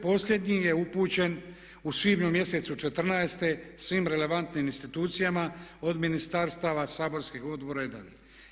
Posljednji je upućen u svibnju mjesecu 2014. svim relevantnim institucijama, od ministarstava, saborskih odbora i dalje.